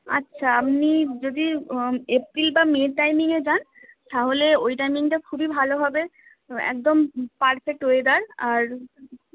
আচ্ছা আপনি যদি এপ্রিল বা মের টাইমিংয়ে যান তাহলে ওই টাইমিংটা খুবই ভালো হবে একদম পারফেক্ট ওয়েদার আর